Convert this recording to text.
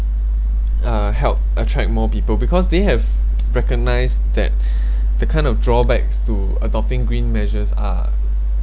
uh help attract more people because they have recognised that the kind of drawbacks to adopting green measures are